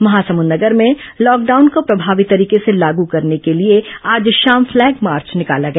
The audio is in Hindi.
महासमुद नगर में लॉकडाउन को प्रभावी तरीके से लागू करने के आज शाम फ्लैग मार्च निकाला गया